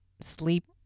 sleep